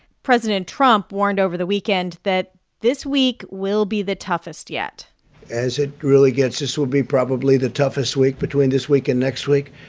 president trump warned over the weekend that this week will be the toughest yet as it really gets this will be probably the toughest week between this week and next week.